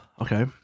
Okay